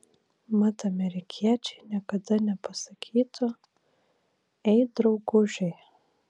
mat amerikiečiai niekada nepasakytų ei draugužiai